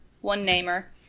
one-namer